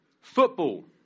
Football